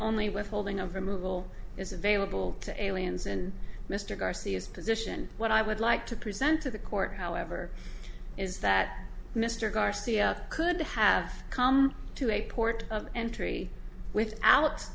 only withholding of removal is available to aliens and mr garcia's position what i would like to present to the court however is that mr garcia could have come to a port of entry with